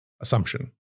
assumption